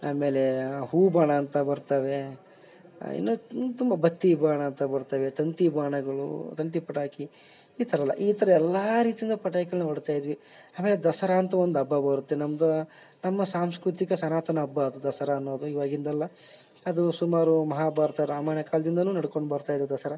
ಆಮೇಲೆ ಹೂ ಬಾಣ ಅಂತ ಬರ್ತವೆ ಇನ್ನೂ ತುಮ್ತುಂಬ ಬತ್ತಿ ಬಾಣ ಅಂತ ಬರ್ತವೆ ತಂತಿ ಬಾಣಗಳು ತಂತಿ ಪಟಾಕಿ ಈ ಥರ ಎಲ್ಲ ಈ ಥರ ಎಲ್ಲ ರೀತಿಯಿಂದ ಪಟಾಕಿಗಳ್ನ ಹೊಡಿತಾ ಇದ್ವಿ ಆಮೇಲೆ ದಸರಾ ಅಂತ ಒಂದು ಹಬ್ಬ ಬರುತ್ತೆ ನಮ್ಮದು ನಮ್ಮ ಸಾಂಸ್ಕೃತಿಕ ಸನಾತನ ಹಬ್ಬ ಅದು ದಸರಾ ಅನ್ನೋದು ಇವಾಗಿನದಲ್ಲ ಅದು ಸುಮಾರು ಮಹಾಭಾರತ ರಾಮಾಯಣ ಕಾಲದಿಂದಾನೂ ನಡ್ಕೊಂಡು ಬರ್ತಾ ಇದೆ ದಸರಾ